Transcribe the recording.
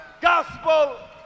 gospel